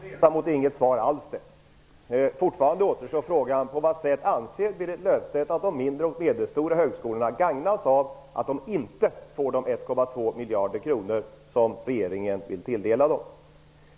Herr talman! Det var en lång resa mot inget svar alls! Fortfarande återstår frågan: På vad sätt anser Berit Löfstedt att de mindre och medelstora högskolorna gagnas av att de inte får de 1,2 miljarder kronor som regeringen vill tilldela dem?